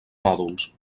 mòduls